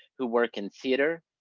who work in theater,